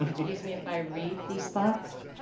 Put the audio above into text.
um excuse me if i read these thoughts?